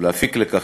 ולהפיק לקחים,